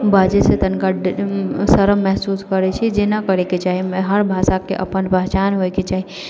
बाजैसँ तनिका शर्म महसूस करै छै जे नहि करैके चाही हर भाषाके अपन पहिचान होइके चाही